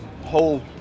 whole